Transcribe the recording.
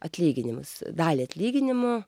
atlyginimus dalį atlyginimo